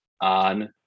on